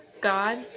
God